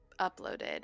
uploaded